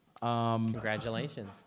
Congratulations